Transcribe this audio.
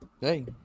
Hey